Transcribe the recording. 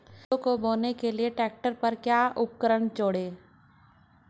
सरसों को बोने के लिये ट्रैक्टर पर क्या उपकरण जोड़ें?